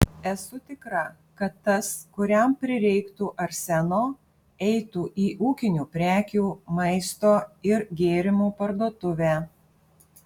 esu tikra kad tas kuriam prireiktų arseno eitų į ūkinių prekių maisto ir gėrimų parduotuvę